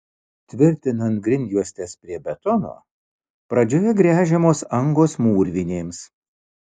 tvirtinant grindjuostes prie betono pradžioje gręžiamos angos mūrvinėms